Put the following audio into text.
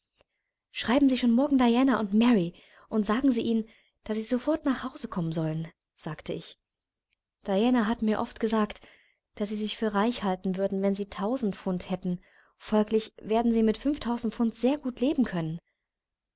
schreiben sie schon morgen an diana und mary und sagen sie ihnen daß sie sofort nach hause kommen sagte ich diana hat mir oft gesagt daß sie sich für reich halten würden wenn sie tausend pfund hätten folglich werden sie mit fünftausend pfund sehr gut leben können